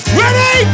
ready